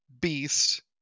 Beast